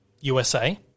USA